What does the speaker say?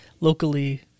locally